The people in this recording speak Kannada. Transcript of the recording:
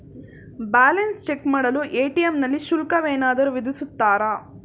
ಬ್ಯಾಲೆನ್ಸ್ ಚೆಕ್ ಮಾಡಲು ಎ.ಟಿ.ಎಂ ನಲ್ಲಿ ಶುಲ್ಕವೇನಾದರೂ ವಿಧಿಸುತ್ತಾರಾ?